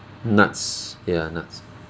nuts ya nuts